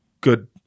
good